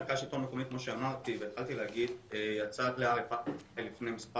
מרכז השלטון המקומי יצא ב-RFI לפני מספר